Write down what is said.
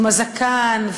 עם הזקן,